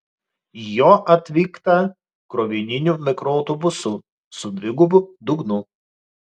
jo atvykta krovininiu mikroautobusu su dvigubu dugnu